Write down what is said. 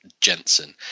jensen